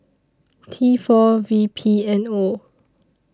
T four V P N O